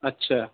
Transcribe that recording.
اچھا